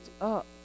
up